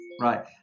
Right